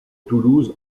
toulouse